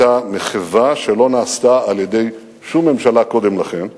היתה מחווה שלא נעשתה על-ידי שום ממשלה קודם לכן.